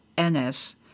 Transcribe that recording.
NS